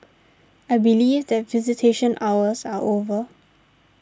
I believe that visitation hours are over